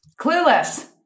clueless